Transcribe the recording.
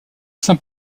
saint